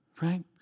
Right